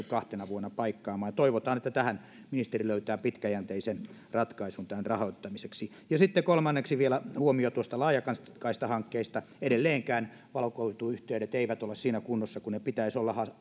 kahtena vuonna paikkaamaan toivotaan että ministeri löytää pitkäjänteisen ratkaisun tämän rahoittamiseksi sitten kolmanneksi vielä huomio laajakaistahankkeista edelleenkään haja asutusalueilla ja jopa taajamissa valokuituyhteydet eivät ole siinä kunnossa kuin niiden pitäisi olla